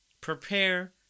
Prepare